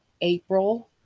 April